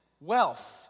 wealth